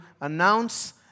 announce